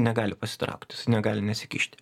negali pasitraukt jisai negali nesikišti